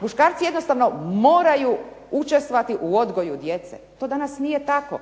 Muškarci moraju učestvovati u odgoju djece, to danas nije tako.